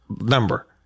number